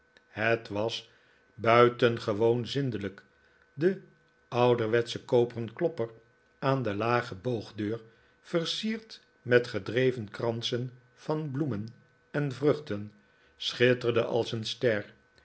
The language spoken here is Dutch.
het was buitengewoon zindelijk de ouderwetsche koperen klopper aan de lage boogdeur versierd met gedreven kransen van bloemen eh vruchten schitterde als een ster